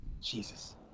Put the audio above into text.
Jesus